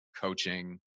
coaching